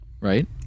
right